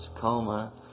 coma